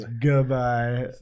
goodbye